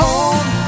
Home